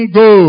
go